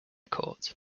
court